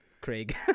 Craig